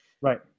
Right